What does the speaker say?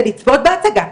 ולצפות בהצגה,